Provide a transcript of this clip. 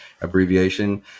abbreviation